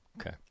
Okay